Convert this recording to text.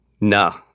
No